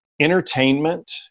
entertainment